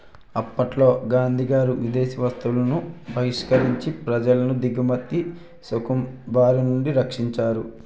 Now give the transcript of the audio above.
అప్పట్లో గాంధీగారు విదేశీ వస్తువులను బహిష్కరించి ప్రజలను దిగుమతి సుంకం బారినుండి రక్షించారు